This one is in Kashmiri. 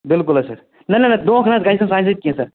بِلکُل حظ سَر نَہ نَہ نَہ دھونٛکہٕ نہٕ حظ گژھِ نہٕ سانہِ سۭتۍ کیٚنٛہہ سَر